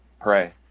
Pray